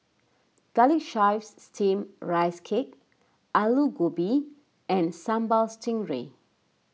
Garlic Chives Steamed Rice Cake Aloo Gobi and Sambal Stingray